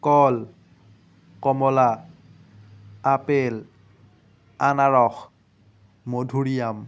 কল কমলা আপেল আনাৰস মধুৰিআম